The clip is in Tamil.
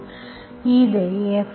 இதை fxy